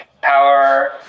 Power